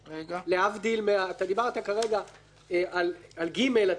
דיברת כרגע על (ג) שאתה לא רוצה.